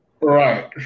right